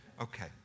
okay